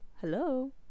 Hello